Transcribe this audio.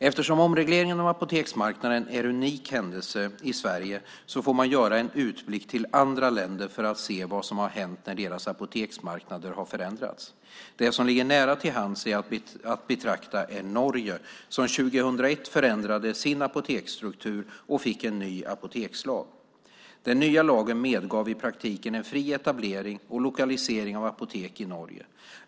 Eftersom omregleringen av apoteksmarknaden är en unik händelse i Sverige får man göra en utblick till andra länder för att se vad som har hänt där när deras apoteksmarknader har förändrats. Det som ligger nära till hands att betrakta är Norge, som 2001 förändrade sin apoteksstruktur och fick en ny apotekslag. Den nya lagen medgav i praktiken en fri etablering och lokalisering av apotek i Norge.